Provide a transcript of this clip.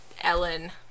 Ellen